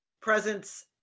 presence